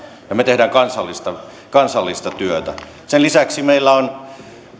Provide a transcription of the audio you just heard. ja me teemme kansallista kansallista työtä sen lisäksi meillä on